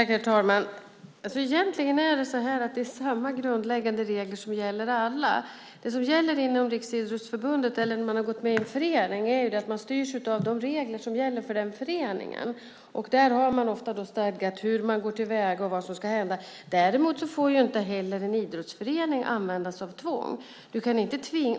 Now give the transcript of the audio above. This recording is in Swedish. Herr talman! Egentligen är det så att det är samma grundläggande regler som gäller alla. Det som gäller inom Riksidrottsförbundet eller när man har gått med i en förening är att man styrs av de regler som gäller för den föreningen. Där finns det ofta stadgat hur man går till väga och vad som ska hända. Däremot får inte heller en idrottsförening använda sig av tvång.